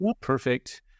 perfect